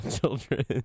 children